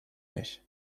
nicht